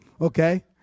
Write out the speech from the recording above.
Okay